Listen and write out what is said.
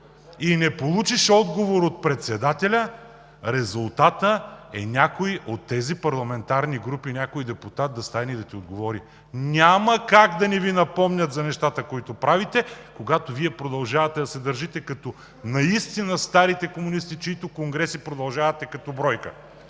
и не получиш отговор от председателя, резултатът е някой от тези парламентарни групи, някой депутат да стане и да ти отговори. Няма как да не Ви напомнят за нещата, които правите, когато Вие продължавате да се държите като наистина старите комунисти, чиито конгреси продължавате като бройка!